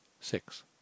six